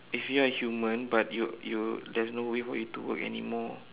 if you are human but you you you there's no way for you to work anymore